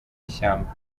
ishyamba